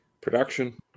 Production